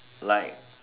like